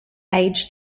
age